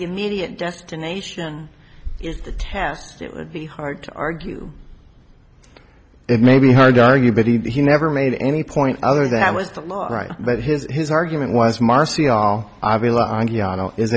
immediate destination task would be hard to argue it may be hard to argue but he never made any point other than i was right but his his argument was marci all